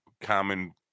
common